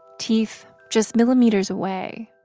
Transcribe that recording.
teeth just millimeters away